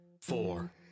four